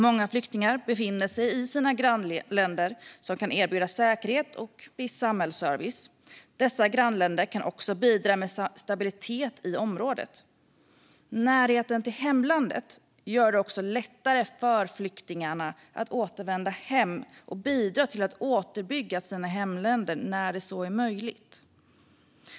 Många flyktingar befinner sig i sina grannländer, som kan erbjuda säkerhet och viss samhällsservice. Dessa grannländer kan också bidra med stabilitet i området. Närheten till hemlandet gör det också lättare för flyktingarna att återvända hem och bidra till att återuppbygga sina hemländer när så är möjligt.